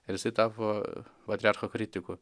ir jisai tapo patriarcho kritiku